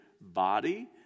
body